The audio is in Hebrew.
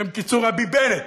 בשם קיצור ה"ביבנט",